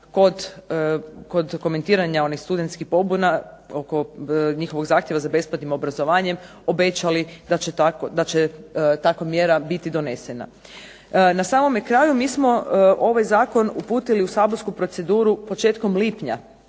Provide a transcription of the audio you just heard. kod komentiranja onih studentskih pobuna oko njihovog zahtjeva za besplatnim obrazovanjem, obećali da će takva mjera biti donesena. Na samome kraju mi smo ovaj zakon uputili u saborsku proceduru početkom lipnja